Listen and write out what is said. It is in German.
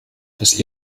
dass